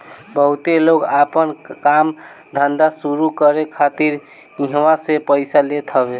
बहुते लोग आपन काम धंधा शुरू करे खातिर इहवा से पइया लेत हवे